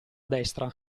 destra